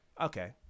Okay